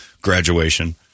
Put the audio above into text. graduation